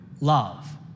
love